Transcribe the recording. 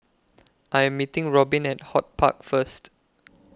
I Am meeting Robin At HortPark First